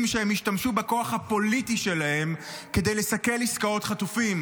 שהם השתמשו בכוח הפוליטי שלהם כדי לסכל עסקאות חטופים,